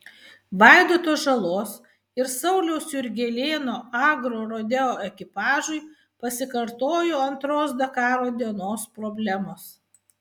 vaidoto žalos ir sauliaus jurgelėno agrorodeo ekipažui pasikartojo antros dakaro dienos problemos